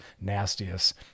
nastiest